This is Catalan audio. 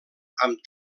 amb